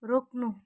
रोक्नु